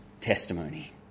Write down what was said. Testimony